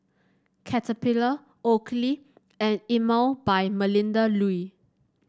Caterpillar Oakley and Emel by Melinda Looi